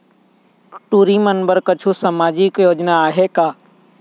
टूरी बन बर कछु सामाजिक योजना आहे का?